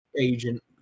agent